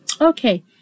Okay